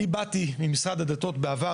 אני באתי ממשרד הדתות בעבר,